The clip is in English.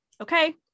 Okay